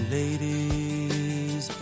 ladies